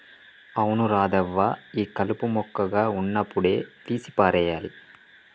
అవును రాధవ్వ ఈ కలుపు మొక్కగా ఉన్నప్పుడే తీసి పారేయాలి